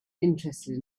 interested